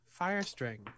Firestring